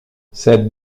cette